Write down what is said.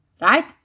Right